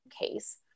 case